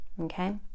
Okay